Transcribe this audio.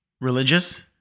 religious